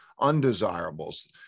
undesirables